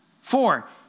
Four